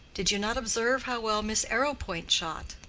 did you not observe how well miss arrowpoint shot?